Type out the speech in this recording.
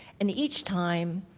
and, each time,